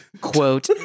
quote